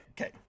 Okay